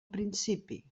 principi